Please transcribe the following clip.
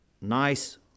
nice